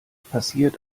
passiert